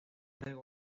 puede